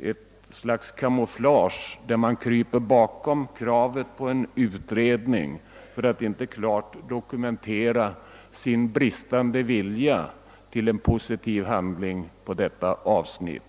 är ett slags kamouflage. Man döljer sig bakom kravet på en utredning för att inte klart dokumentera sin bristande vilja till positiv handling på detta avsnitt.